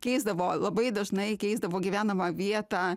keisdavo labai dažnai keisdavo gyvenamą vietą